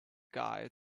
guy